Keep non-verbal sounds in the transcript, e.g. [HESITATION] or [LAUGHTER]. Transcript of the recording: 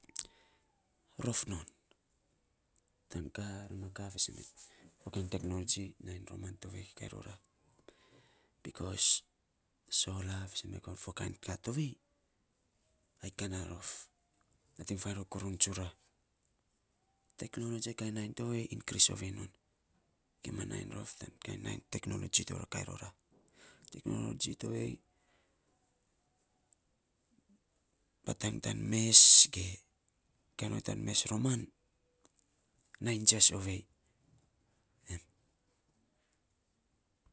Rof non, tan ka, ra ma kaa fiisen men fo kain teknoloji nainy roman tovei ka rora, bikos sola fiisen men fo kain ka tovei, ai kan arof, nainy faan ror fo kuruu tsura. Teknoloji kain nainy tovei inkris ovei non gima nainy rof tan kain nainy teknoloji [HESITATION] ka rora. Teknoloji tovei patang tan mes ge kaiiny non tan mes roman nai jias ovei em.